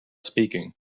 speaking